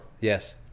Yes